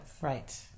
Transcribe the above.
right